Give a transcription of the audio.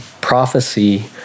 prophecy